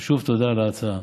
ושוב, תודה על ההצעה.